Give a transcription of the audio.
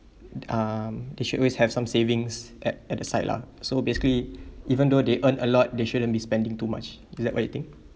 um they should always have some savings at at the side lah so basically even though they earn a lot they shouldn't be spending too much is that what you think